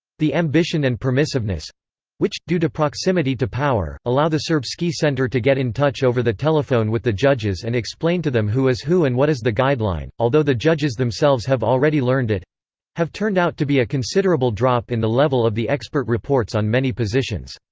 the ambition and permissiveness which, due to proximity to power, allow the serbsky center to get in touch over the telephone with the judges and explain to them who is who and what is the guideline, although the judges themselves have already learned it have turned out to be a considerable drop in the level of the expert reports on many positions.